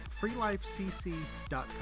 freelifecc.com